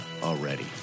already